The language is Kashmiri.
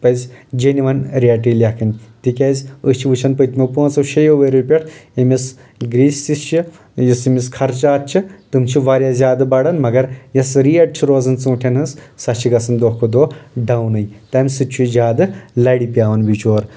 پزِ جینون ریٹہٕ لیٚکھٕنۍ تِکیٛازِ أسۍ چھِ وٕچھن پٔتمیو پانٛژو شیٚیو ؤرۍ یو پٮ۪ٹھ أمِس گریٖسس چھِ یُس أمِس خرچات چھِ تِم چھِ واریاہ زیادٕ بڑان مگر یۄس ریٹ چھِ روزان ژوٗنٹھٮ۪ن ہنٛز سۄ چھ گژھان دۄہ کھۄتہٕ دۄہ ڈاونٕے تمہِ سۭتۍ چھُ زیادٕ لرِ پٮ۪وان بچور